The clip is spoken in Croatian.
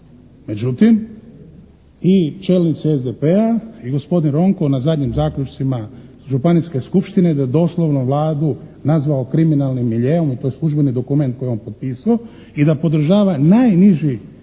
Međutim, i čelnici SDP-a i gospodin Ronko na zadnjim zaključcima županijske skupštine da doslovno Vladu nazvao kriminalnim miljeom i to službeni dokument koji je on potpisao i da podržava najniže